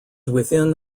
within